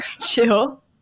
chill